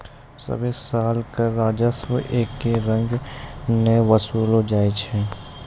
सभ्भे साल कर राजस्व एक्के रंग नै वसूललो जाय छै